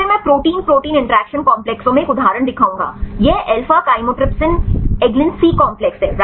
फिर मैं protein protein interaction कॉम्प्लेक्सों में एक उदाहरण दिखाऊंगा यह alpha chymotrypsin eglin C complex है